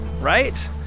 right